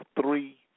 three